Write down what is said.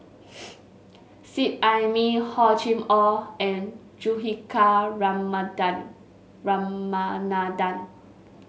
Seet Ai Mee Hor Chim Or and Juthika Ramanathan